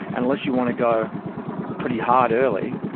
and unless you want to go pretty hard early,